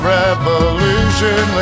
revolution